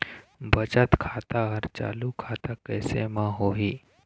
बचत खाता हर चालू खाता कैसे म होही?